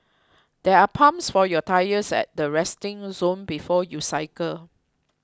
there are pumps for your tyres at the resting zone before you cycle